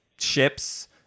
ships